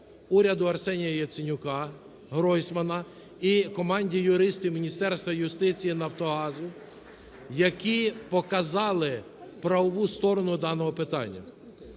уряду Арсенія Яценюка, Гройсмана, і команді юристів Міністерства юстиції і "Нафтогазу", які показали правову сторону даного питання.